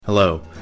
Hello